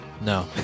No